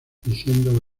diciendo